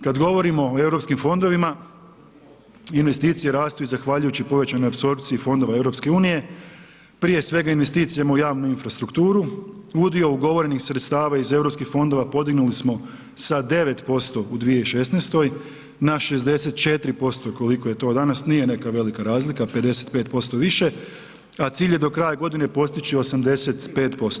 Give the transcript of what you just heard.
Kad govorimo o EU fondova, investicije rastu i zahvaljujući povećanoj apsorpciji fondova EU, prije svega investicije u javnu infrastrukturu, udio ugovorenih sredstava iz EU fondova podignuli smo sa 9% u 2016. na 64%, koliko je to danas, nije neka velika razlika, 55% više, a cilj je do kraja godine postići 85%